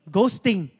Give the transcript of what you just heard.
Ghosting